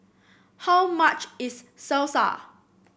how much is Salsa